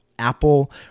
Apple